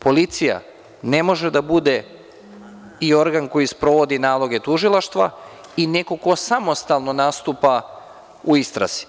Policija ne može da bude i organ koji sprovodi naloge tužilaštva i neko ko samostalno nastupa u istrazi.